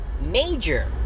major